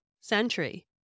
century